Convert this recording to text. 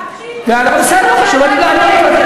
טקטית, טקטית אני חושבת שאתה טועה,